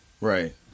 Right